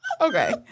Okay